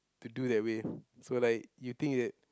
to do that way so like you think that